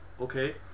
okay